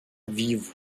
vivo